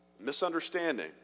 misunderstanding